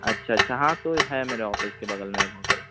اچھا اچھا ہاں تو یہ ہے میرے آفس کے بغل میں ایک ہوٹل